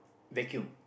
vacuum